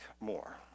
more